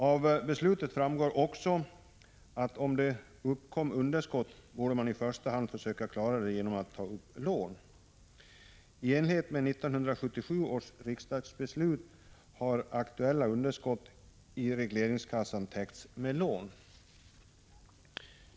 Av beslutet framgår också, att om det uppkom underskott, borde man i första hand försöka klara detta genom att ta upp lån. I enlighet med 1977 års riksdagsbeslut har det aktuella underskottet i regleringskassan täckts med lån.